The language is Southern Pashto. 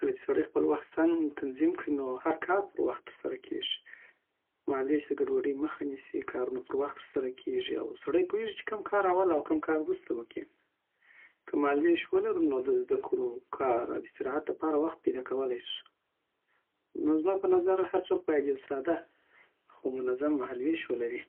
کله چی سړی خپل وخت سم تنظیم کړی، نو هر کار پر وخت تر سره کېږی. مهال وېش د ګډوډۍ مخه نیسی، کارونه پروخت ترسره کیږی، او سړی پوهېږی چی کوم کار اول او کوم کار وروسته وکړی که مهال ویش ولرو نو د زده کړو، کار، او استراحت لپاره وخت پیداکولای سو نو زما په نظر، هر څوک باید یو ساده خو منظم مهال وېش ولری